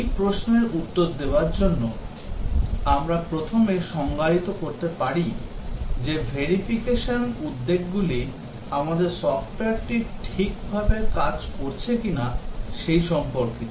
এই প্রশ্নের উত্তর দেওয়ার জন্য আমরা প্রথমে সংজ্ঞায়িত করতে পারি যে verification উদ্বেগগুলি আমরা সফ্টওয়্যারটি সঠিকভাবে তৈরি করছি কিনা সেই সম্পর্কিত